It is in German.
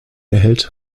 erhält